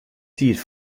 tiid